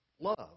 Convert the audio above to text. love